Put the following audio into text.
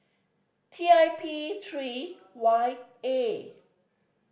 T I P three Y A